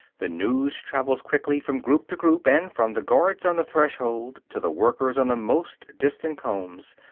the news travels quickly from group to group and from the guards on the threshold to the workers on the most distant combs,